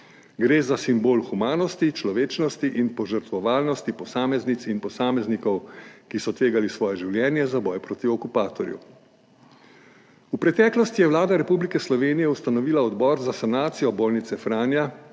Gre za simbol humanosti, človečnosti in požrtvovalnosti posameznic in posameznikov, ki so tvegali svoje življenje za boj proti okupatorju. V preteklosti je Vlada Republike Slovenije ustanovila Odbor za sanacijo bolnice Franja,